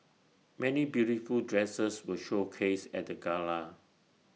many beautiful dresses were showcased at the gala